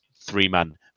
three-man